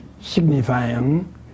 signifying